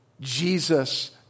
Jesus